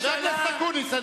חבר הכנסת אקוניס,